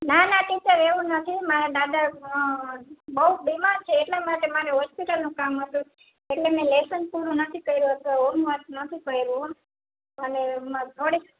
ના ના ટીચર એવું નથી મારા દાદા બહુ બીમાર છે એટલા માટે મારે હોસ્પિટલનું કામ હતું એટલે મેં લેશન પૂરું નથી કર્યું તો હોમવર્ક નથી કર્યું હોં અને એમાં થોડીક